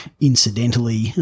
incidentally